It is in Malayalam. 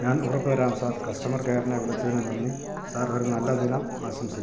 ഞാൻ ഉറപ്പു തരാം സാർ കസ്റ്റമർ കെയറിനെ വിളിച്ചതിന് നന്ദി സാർ ഒരു നല്ല ദിനം ആശംസിക്കുന്നു